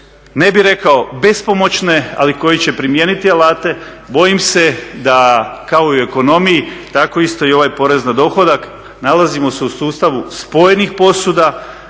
ne bih rekao bespomoćne, ali koje će primijeniti alate, bojim se da kao i u ekonomiji tako isto i ovaj porez na dohodak nalazimo se u sustavu spojenih posuda,